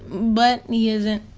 but he isn't.